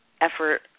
effort